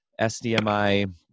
SDMI